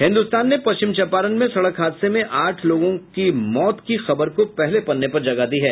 हिन्दुस्तान ने पश्चिम चंपारण में सड़क हादसे में आठ लोगों की मौत की खबर को पहले पन्ने पर जगह दी है